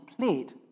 played